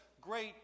great